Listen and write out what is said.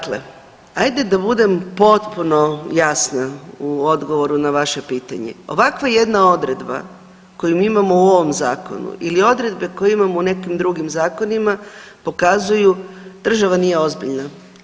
Dakle, ajde da budem potpuno jasna u odgovoru na vaše pitanje, ovakva jedna odredba koju mi imamo u ovom zakonu ili odredbe koje imamo u nekim drugim zakonima pokazuju država nije ozbiljna.